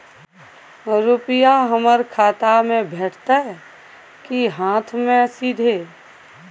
रुपिया हमर खाता में भेटतै कि हाँथ मे सीधे?